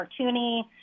cartoony